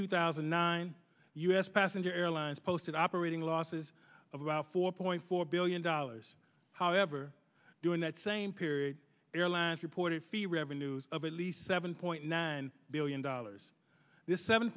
two thousand and nine u s passenger airlines posted operating losses of about four point four billion dollars however during that same period airlines reported fee revenues of at least seven point nine billion dollars this seven